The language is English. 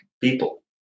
people